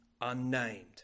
unnamed